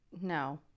No